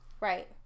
Right